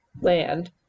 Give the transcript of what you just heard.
land